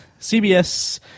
CBS